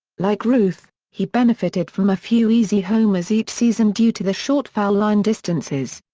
like ruth, he benefited from a few easy homers each season due to the short foul line distances.